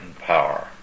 power